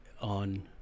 on